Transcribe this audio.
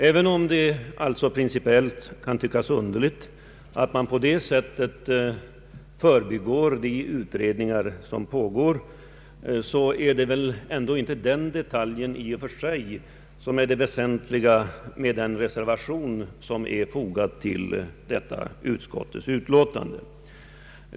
Även om det alltså principiellt kan tyckas underligt att man på det sättet förbigår de utredningar som pågår, är det väl ändå inte den detaljen i och för sig som är det väsentliga i den reservation som är fogad till detta utskottets utlåtande.